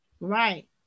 Right